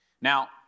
Now